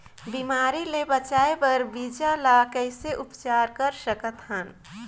बिमारी ले बचाय बर बीजा ल कइसे उपचार कर सकत हन?